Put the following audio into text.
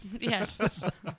Yes